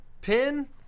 pin